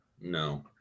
No